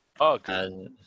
Okay